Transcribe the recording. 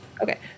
Okay